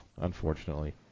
unfortunately